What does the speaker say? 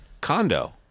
condo